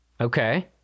Okay